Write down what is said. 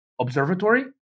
observatory